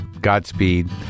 Godspeed